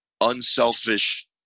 unselfish